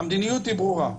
המדיניות היא ברורה.